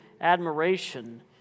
admiration